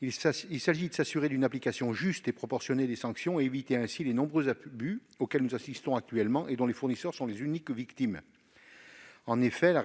Il s'agit de s'assurer d'une application juste et proportionnée des sanctions et d'éviter ainsi les nombreux abus auxquels nous assistons actuellement et dont les fournisseurs sont les uniques victimes. En effet, la